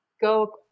go